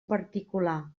particular